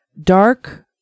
dark